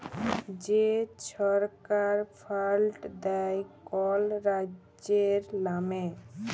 যে ছরকার ফাল্ড দেয় কল রাজ্যের লামে